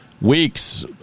weeks